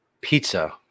pizza